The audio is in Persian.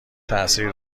تاثیر